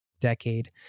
decade